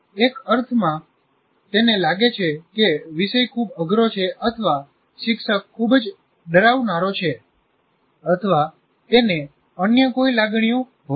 એક અર્થમાં તેને લાગે છે કે વિષય ખૂબ અઘરો છે અથવા શિક્ષક ખૂબ જ ડરાવનારો છે અથવા તેને અન્ય કોઈ લાગણીઓ હોઈ છે